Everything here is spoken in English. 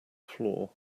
floor